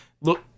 Look